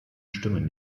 stimmen